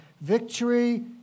victory